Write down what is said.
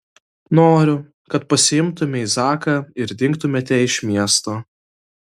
noriu kad pasiimtumei zaką ir dingtumėte iš miesto